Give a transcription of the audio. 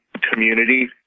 community